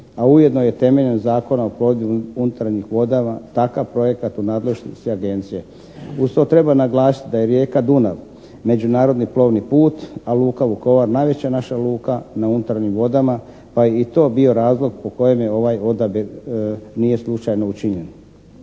a ujedno je temeljem Zakona o plovidbi unutarnjim vodama takav projekat u nadležnosti agencije. Uz to treba naglasiti da je rijeka Dunav međunarodni plovni put a luka Vukovar najveća naša luka na unutarnjim vodama pa je i to bio razlog po kojem je ovaj odabir, nije slučajno učinjen.